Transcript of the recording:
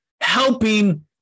helping